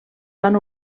van